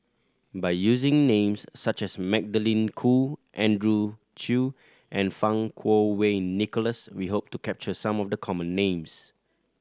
by using names such as Magdalene Khoo Andrew Chew and Fang Kuo Wei Nicholas we hope to capture some of the common names